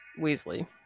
Weasley